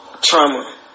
trauma